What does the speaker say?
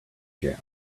jams